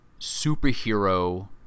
superhero